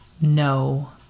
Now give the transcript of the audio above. no